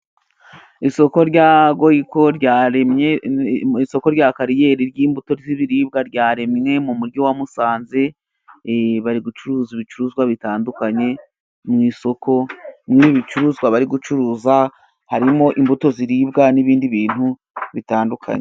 Isoko rya Goyiko ryaremye, isoko rya kariyeri ry'imbuto z'ibiribwa ryaremye mu mujyi wa Musanze. Bari gucuruza ibicuruzwa bitandukanye mu isoko. Ibicuruzwa bari gucuruza, harimo imbuto ziribwa n'ibindi bintu bitandukanye.